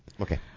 Okay